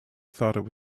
thought